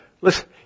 Listen